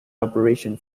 operation